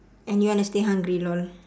and you want to stay hungry lol